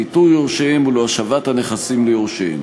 לאיתור יורשיהם ולהשבת הנכסים ליורשים.